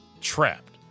trapped